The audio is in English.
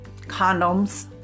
condoms